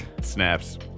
snaps